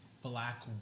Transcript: black